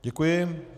Děkuji.